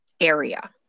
area